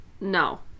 No